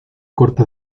corta